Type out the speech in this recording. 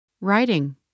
Writing